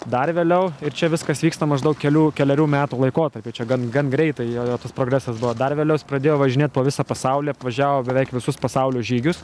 dar vėliau ir čia viskas vyksta maždaug kelių kelerių metų laikotarpiu čia gan greitai jo jo tas progresas buvo dar vėliau pradėjo važinėti po visą pasaulį apvažiavo beveik visus pasaulio žygius